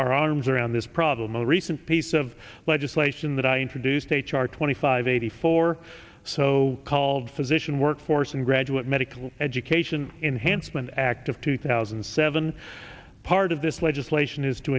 arms around this problem a recent piece of legislation that i introduced h r twenty five eighty four so called physician workforce and graduate medical education enhancement act of two thousand and seven part of this legislation is to